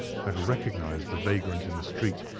had recognized the vagrant in the street,